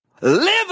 live